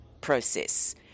process